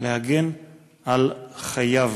להגן על חייו.